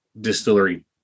distillery